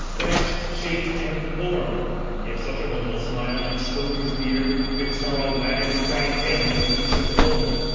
branch, shape, and form if such a one will smile, and stroke his beard bid sorrow wag, cry hem when he should groan,